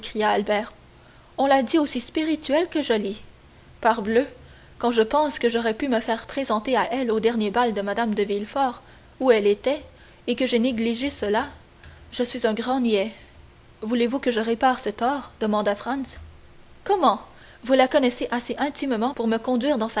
on la dit aussi spirituelle que jolie parbleu quand je pense que j'aurais pu me faire présenter à elle au dernier bal de mme de villefort où elle était et que j'ai négligé cela je suis un grand niais voulez-vous que je répare ce tort demanda franz comment vous la connaissez assez pour me conduire